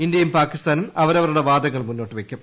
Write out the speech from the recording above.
ഇന്ത്യയും പാകിസ്ഥാനും അവരവരുടെ വാദങ്ങൾ മുന്നോട്ടുവയ്ക്കും